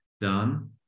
done